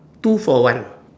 two for one